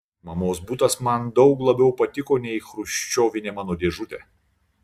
mamos butas man daug labiau patiko nei chruščiovinė mano dėžutė